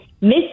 miss